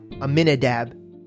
Aminadab